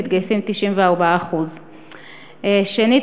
מתגייסים 94%. שנית,